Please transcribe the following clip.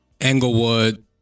Englewood